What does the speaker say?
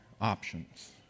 options